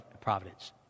providence